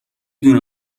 دونه